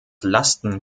lasten